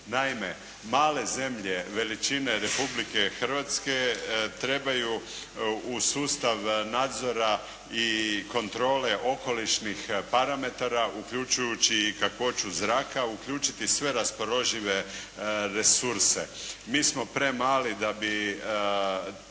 Naime, male zemlje veličine Republike Hrvatske trebaju u sustav nadzora i kontrole okolišnih parametara uključujući i kakvoću zraka uključiti sve raspoložive resurse. Mi smo premali da bi